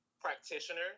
practitioner